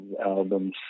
albums